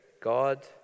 God